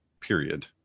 period